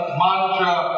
mantra